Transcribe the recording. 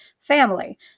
family